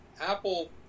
Apple